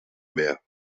mehr